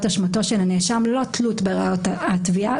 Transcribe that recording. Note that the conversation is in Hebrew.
אשמתו של הנאשם ללא תלות בראיות התביעה.